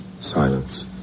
Silence